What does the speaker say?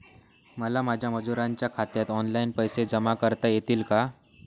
मला माझ्या मजुरांच्या खात्यात ऑनलाइन पैसे जमा करता येतील का?